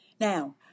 Now